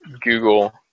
Google